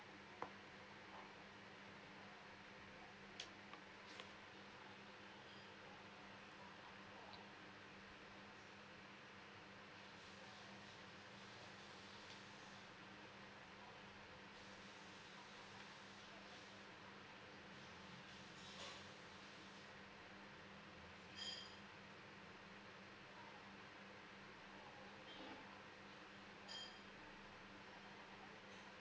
okay okay